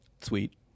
Sweet